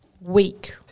week